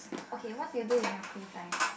okay what do you do in your free time